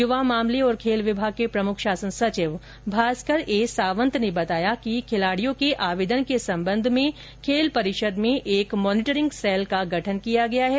युवा मामले और खेल विभाग के प्रमुख शासन सचिव भास्कर ए सावंत ने बताया कि खिलाडियों के आवेदन के संबंध में खेल परिषद में एक मॉनिटरिंग सेल का गठन किया गया है